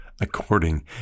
according